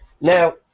Now